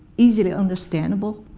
easily understandable,